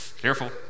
Careful